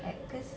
like cause